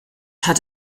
hat